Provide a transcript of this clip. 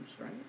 right